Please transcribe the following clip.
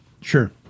Sure